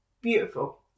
Beautiful